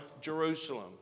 Jerusalem